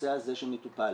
לנושא הזה של מטופל.